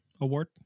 award